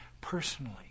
personally